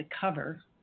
cover